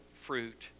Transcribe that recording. fruit